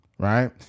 Right